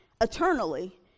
eternally